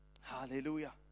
Hallelujah